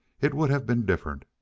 it would have been different.